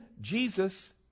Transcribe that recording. Jesus